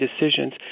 decisions